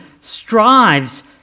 strives